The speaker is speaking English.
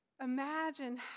Imagine